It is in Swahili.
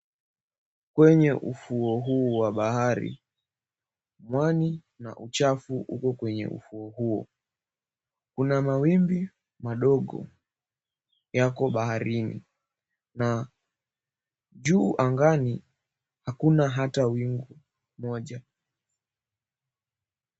Kwenye ufuo huu wa bahari mwani na uchafu uko kwenye ufuo huo. Kuna mawimbi madogo yako baharini na juu angani hakuna hata wingu moja.